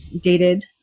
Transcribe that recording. dated